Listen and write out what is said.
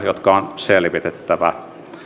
jotka on selvitettävä